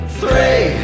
three